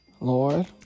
Lord